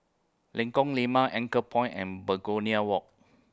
Lengkong Lima Anchorpoint and Begonia Walk